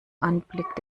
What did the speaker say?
anblick